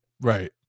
Right